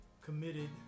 committed